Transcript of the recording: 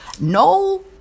no